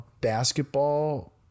basketball